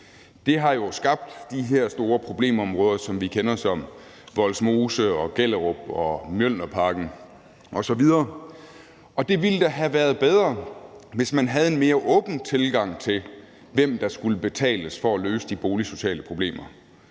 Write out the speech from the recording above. Det har jo skabt de her store problemområder, som vi kender som Vollsmose og Gellerup og Mjølnerparken osv., og det ville da have været bedre, hvis man havde en mere åben tilgang til, hvem der skulle betales for at løse de boligsociale problemer.